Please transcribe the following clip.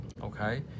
Okay